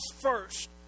first